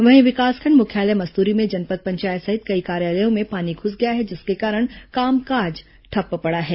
वहीं विकासखंड मुख्यालय मस्तुरी में जनपद पंचायत सहित कई कार्यालयों में पानी घुस गया है जिसके कारण कामकाज ठप्प पड़ा है